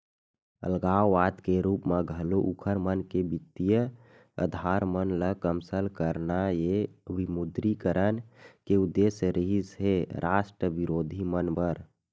अलगाववाद के रुप म घलो उँखर मन के बित्तीय अधार मन ल कमसल करना ये विमुद्रीकरन के उद्देश्य रिहिस हे रास्ट बिरोधी मन बर